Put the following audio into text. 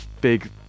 big